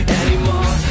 anymore